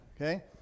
Okay